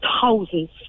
thousands